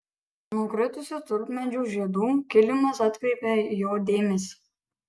nukritusių tulpmedžių žiedų kilimas atkreipia jo dėmesį